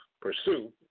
pursue